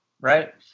right